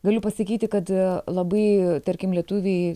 galiu pasakyti kad labai tarkim lietuviai